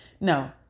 No